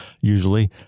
usually